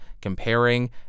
comparing